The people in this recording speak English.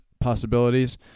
possibilities